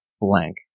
blank